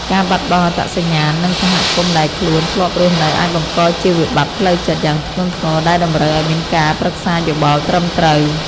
ការបាត់បង់អត្តសញ្ញាណ និងសហគមន៍ដែលខ្លួនធ្លាប់រស់នៅអាចបង្កជាវិបត្តិផ្លូវចិត្តយ៉ាងធ្ងន់ធ្ងរដែលតម្រូវឱ្យមានការប្រឹក្សាយោបល់ត្រឹមត្រូវ។